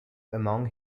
among